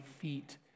feet